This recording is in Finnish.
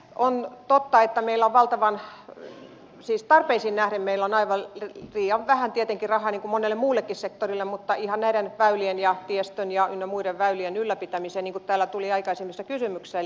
on totta että tarpeisiin nähden meillä on tietenkin aivan liian vähän rahaa niin kuin monelle muullekin sektorille ihan näiden väylien tiestön ynnä muiden väylien ylläpitämiseen eli perusväylänpitoon niin kuin täällä tuli esiin aikaisemmissa kysymyksissä